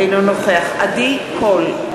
אינו נוכח עדי קול,